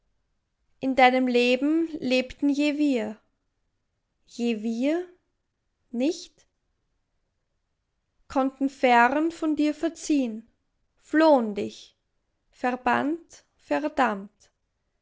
himmels licht in deinem leben lebten je wir je wir nicht konnten fern von dir verziehen flohen dich verbannt verdammt